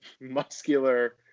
muscular